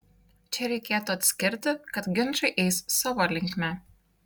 čia reikėtų atskirti kad ginčai eis savo linkme